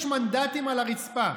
יש מנדטים על הרצפה,